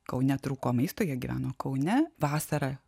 kaune trūko maisto jie gyveno kaune vasarą